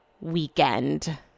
Weekend